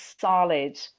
solid